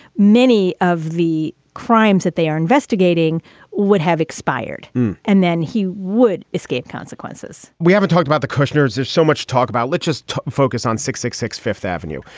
many of the crimes that they are investigating would have expired and then he would escape consequences we haven't talked about the kushner's. there's so much talk about. let's just focus on six six six fifth avenue.